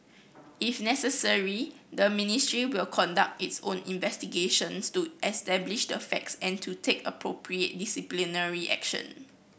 if necessary the ministry will conduct its own investigations to establish the facts and to take appropriate disciplinary action